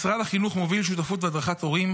משרד החינוך מוביל שותפות והדרכת הורים